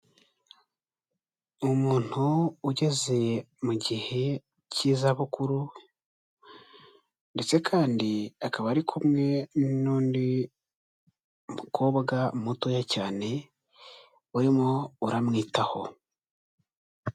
Umuntu ugeze mu gihe cy'izabukuru ndetse kandi akaba ari kumwe n'undi mukobwa mutoya cyane, urimo uramwitaho.